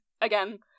again